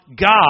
God